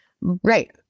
Right